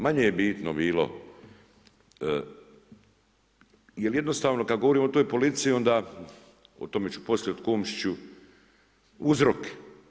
Manje je bitno bilo jel jednostavno kad govorimo o toj politici, onda, o tome ću poslije o Komšiću, uzrok.